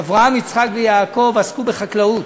אברהם, יצחק ויעקב, עסקו בחקלאות,